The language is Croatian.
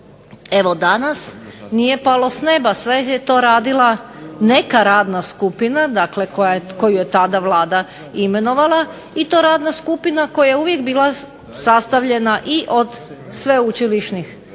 do danas nije palo s neba sve je to radila neka radna skupina koju je Vlada imenovala i to radna skupina koja je uvijek bila sastavljena i od sveučilišnih